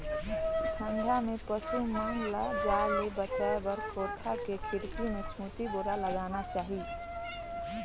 ठंडा में पसु मन ल जाड़ ले बचाये बर कोठा के खिड़की में सूती बोरा लगाना चाही